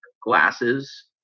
glasses